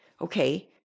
okay